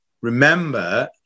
remember